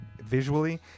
visually